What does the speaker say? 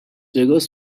وگاس